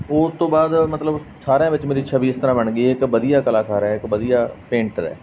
ਉਹ ਤੋਂ ਬਾਅਦ ਮਤਲਬ ਸਾਰਿਆਂ ਵਿੱਚ ਛਬੀ ਇਸ ਤਰ੍ਹਾਂ ਬਣ ਗਈ ਹੈ ਕਿ ਵਧੀਆ ਕਲਾਕਾਰ ਹੈ ਅਤੇ ਵਧੀਆ ਪੇਂਟਰ ਹੈ